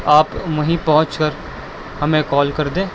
آپ وہیں پہنچ کر ہمیں کال کر دیں